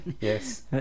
yes